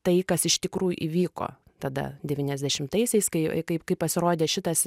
tai kas iš tikrųjų įvyko tada devyniasdešimtaisiais kai kai pasirodė šitas